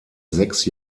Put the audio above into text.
sechs